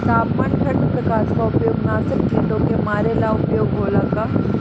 तापमान ठण्ड प्रकास का उपयोग नाशक कीटो के मारे ला उपयोग होला का?